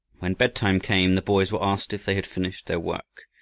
when bedtime came the boys were asked if they had finished their work,